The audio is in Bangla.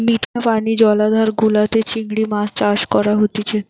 মিঠা পানি জলাধার গুলাতে চিংড়ি মাছ চাষ করা হতিছে